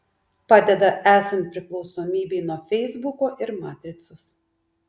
padeda esant priklausomybei nuo feisbuko ir matricos